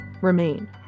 remain